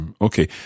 Okay